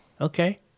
Okay